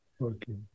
Okay